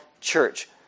church